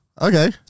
okay